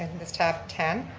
this tab ten,